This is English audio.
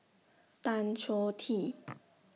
Tan Choh Tee